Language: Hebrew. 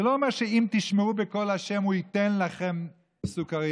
זה לא אומר שאם תשמעו בקול ה' הוא ייתן לכם סוכרייה,